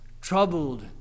troubled